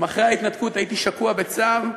אם אחרי ההתנתקות הייתי שקוע בצער,